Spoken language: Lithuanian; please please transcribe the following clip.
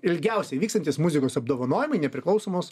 ilgiausiai vykstntys muzikos apdovanojimai nepriklausomos